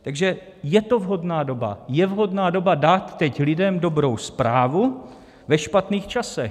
Takže je to vhodná doba, je vhodná doba dát teď lidem dobrou zprávu ve špatných časech.